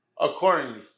accordingly